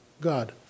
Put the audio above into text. God